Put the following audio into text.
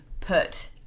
put